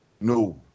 No